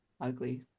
ugly